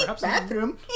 Bathroom